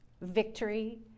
victory